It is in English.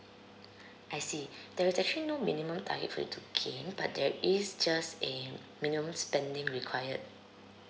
I see there's actually no minimum time for you to gain but there is just a minimum spending required